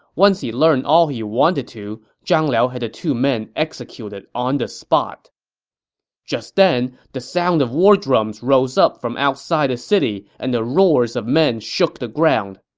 once he learned all he wanted to, zhang liao had the two men executed on the spot just then, the sound of war drums rose up from outside the city, and the roars of men shook the ground.